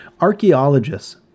Archaeologists